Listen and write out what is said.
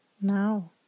now